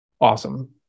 Awesome